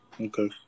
Okay